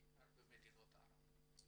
בעיקר במדינות ערב.